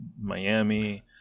Miami